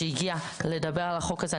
שהגיע לדבר על החוק הזה.